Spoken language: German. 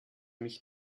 mich